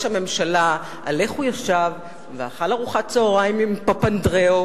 הממשלה על איך הוא ישב ואכל ארוחת צהריים עם פפנדראו,